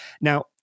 Now